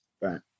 Right